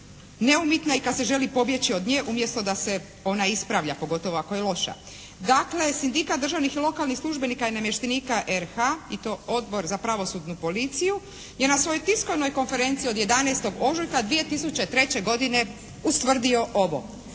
neumitna i kad se želi pobjeći od nje umjesto da se ona ispravlja, pogotovo ako je loša. Dakle Sindikat državnih i lokalnih službenika i namještenika RH i to Odbor za pravosudnu policiju je na svojoj tiskovnoj konferenciji od 11. ožujka 2003. godine ustvrdio ovo: